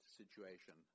situation